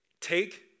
take